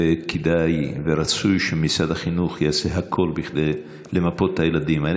וכדאי ורצוי שמשרד החינוך יעשה הכול כדי למפות את הילדים האלה,